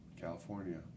California